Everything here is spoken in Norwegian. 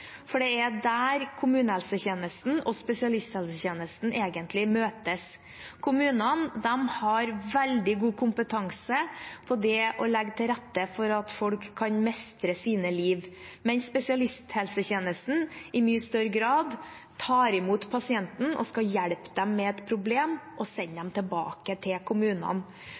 for det er der kommunehelsetjenesten og spesialisthelsetjenesten egentlig møtes. Kommunene har veldig god kompetanse i det å legge til rette for at folk kan mestre sitt liv, mens spesialisthelsetjenesten i mye større grad tar imot pasienten og skal hjelpe dem med et problem og sende dem tilbake til kommunene.